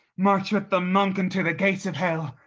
march with the monk unto the gates of hell.